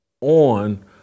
on